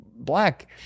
black